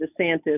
DeSantis